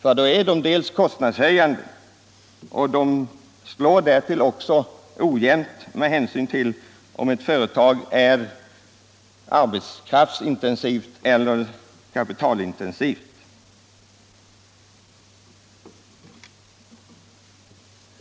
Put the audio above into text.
Arbetsgivaravgifterna blir då kostnadshöjande och slår dessutom ojämnt med hänsyn till om ett företag är arbetskraftsintensivt eller kapi talintensivt.